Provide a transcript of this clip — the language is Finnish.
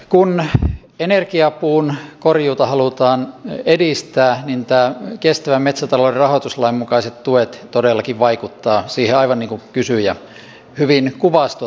kun lähdin energiapuun korjuuta halutaan edistää hintaa kestävän metsätalouden rahoituslain mukaiset tuet todellakin vaikuttaa siihen aivan joku kysyy ja riviin kuvasto